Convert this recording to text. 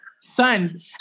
son